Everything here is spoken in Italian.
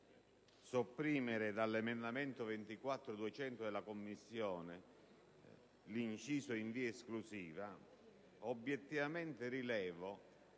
sopprimere all'emendamento 24.200 della Commissione l'inciso «in via esclusiva», rilevo